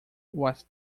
was